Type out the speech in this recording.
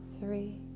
three